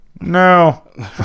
No